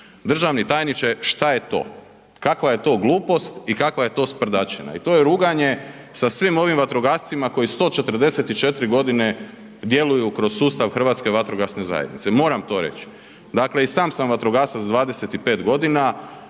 Državni tajniče, šta je to? Kakva je to glupost i kakva je to sprdačina? To je ruganje sa svim ovim vatrogascima koji 144 godine djeluju kroz sustav Hrvatska vatrogasne zajednice, moram to reći. Dakle i sam sam vatrogasac s 25 godina,